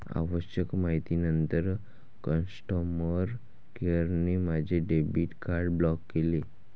आवश्यक माहितीनंतर कस्टमर केअरने माझे डेबिट कार्ड ब्लॉक केले